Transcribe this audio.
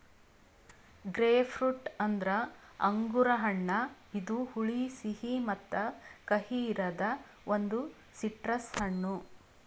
grapefruit ಅಂದುರ್ ಅಂಗುರ್ ಹಣ್ಣ ಇದು ಹುಳಿ, ಸಿಹಿ ಮತ್ತ ಕಹಿ ಇರದ್ ಒಂದು ಸಿಟ್ರಸ್ ಹಣ್ಣು